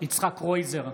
יצחק קרויזר,